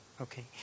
Okay